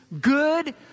good